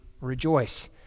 rejoice